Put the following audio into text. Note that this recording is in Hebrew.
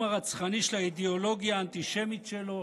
הרצחני של האידיאולוגיה האנטישמית שלו?